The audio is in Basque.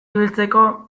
ibiltzeko